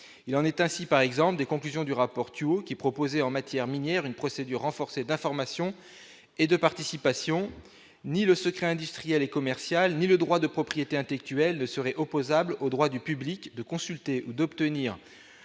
il en est ainsi, par exemple, des conclusions du rapport Tuot qui est proposé en matière minières une procédure renforcée d'information et de participation, ni le secret industriel et commercial, ni le droit de propriété intellectuelle ne serait opposable aux droits du public de consulter ou d'obtenir